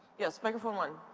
yes, microphone one.